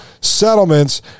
Settlements